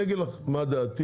אני אגיד לך מה דעתי.